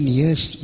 years